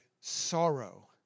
sorrow